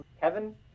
Kevin